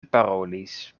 parolis